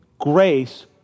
grace